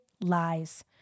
Lies